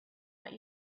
what